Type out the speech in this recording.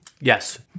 Yes